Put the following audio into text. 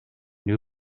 new